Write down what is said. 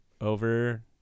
over